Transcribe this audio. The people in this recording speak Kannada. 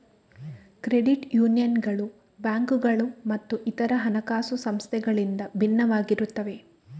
ಕ್ರೆಡಿಟ್ ಯೂನಿಯನ್ಗಳು ಬ್ಯಾಂಕುಗಳು ಮತ್ತು ಇತರ ಹಣಕಾಸು ಸಂಸ್ಥೆಗಳಿಂದ ಭಿನ್ನವಾಗಿರುತ್ತವೆ